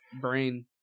brain